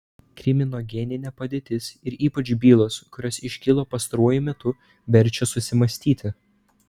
kriminogeninė padėtis ir ypač bylos kurios iškilo pastaruoju metu verčia susimąstyti